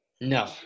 No